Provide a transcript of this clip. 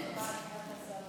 אפס.